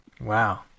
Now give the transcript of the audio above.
Wow